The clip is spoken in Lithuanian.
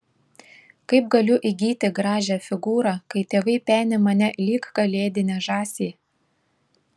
kaip galiu įgyti gražią figūrą kai tėvai peni mane lyg kalėdinę žąsį